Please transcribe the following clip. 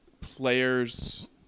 players